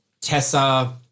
Tessa